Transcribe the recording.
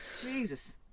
Jesus